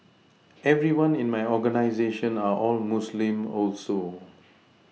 everyone in my organisation are all Muslim also